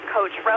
Coach